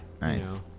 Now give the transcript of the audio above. Nice